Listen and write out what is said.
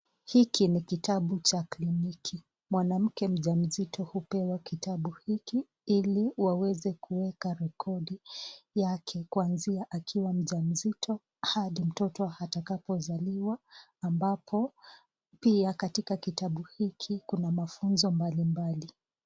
Hiki ni kitabu cha kliniki mwanamke mja mzito hupewa kitabu hiki ili waweze kuweka rekodi yake kuanzia akiwa mja mzito hadi mtoto atakapozaliwa, ambapo pia katika kitabu hiki kuna mafunzo mbali mbali.